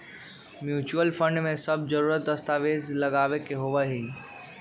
mutual fund में सब जरूरी दस्तावेज लगावे के होबा हई